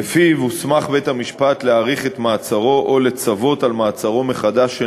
ולפיו הוסמך בית-המשפט להאריך את מעצרו או לצוות על מעצרו מחדש של